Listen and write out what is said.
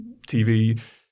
TV